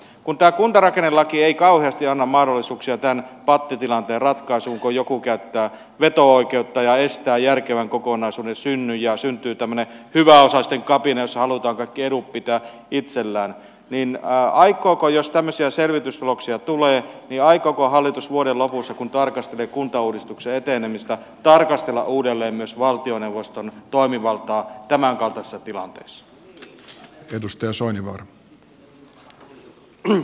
kun tämä kuntarakennelaki ei kauheasti anna mahdollisuuksia tämän pattitilanteen ratkaisuun kun joku käyttää veto oikeutta ja estää järkevän kokonaisuuden synnyn ja syntyy tämmöinen hyväosaisten kapina jossa halutaan kaikki edut pitää itsellään niin jos tämmöisiä selvitystuloksia tulee aikooko hallitus vuoden lopussa kun tarkastelee kuntauudistuksen etenemistä tarkastella uudelleen myös valtioneuvoston toimivaltaa tämänkaltaisissa tilanteissa